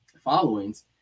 followings